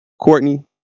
Courtney